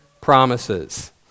promises